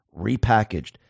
repackaged